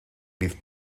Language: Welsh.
fydd